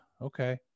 okay